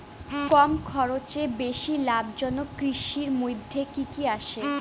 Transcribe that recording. কম খরচে বেশি লাভজনক কৃষির মইধ্যে কি কি আসে?